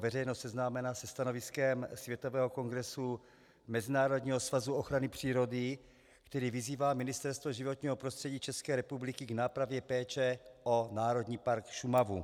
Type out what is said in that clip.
veřejnost seznámena se stanoviskem světového kongresu Mezinárodního svazu ochrany přírody, který vyzývá Ministerstvo životního prostředí České republiky k nápravě péče o Národní park Šumava.